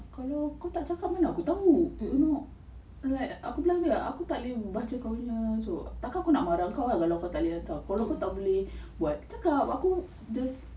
kalau kau tak cakap mana aku tahu tengok like aku bilang dia aku takleh baca kau nya tu tak kan aku nak marah kau kalau kau takleh hantar kalau kau tak boleh buat cakap aku just